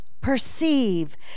perceive